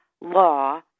law